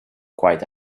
quite